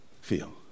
feel